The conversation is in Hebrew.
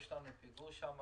יש לנו שם פיגור.